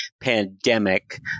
pandemic